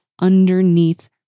underneath